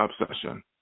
obsession